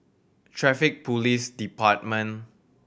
Traffic Police Department